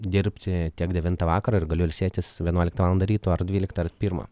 dirbti tiek devintą vakaro ir galiu ilsėtis vienuoliktą valandą ryto ar dvyliktą ar pirmą